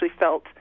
felt